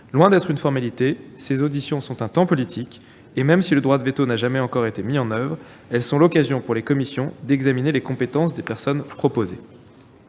Loin d'être une formalité, ces auditions sont un temps politique et, même si le droit de veto n'a jamais encore été mis en oeuvre, elles sont l'occasion pour les commissions d'examiner les compétences des personnes proposées.